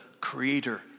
creator